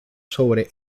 sobre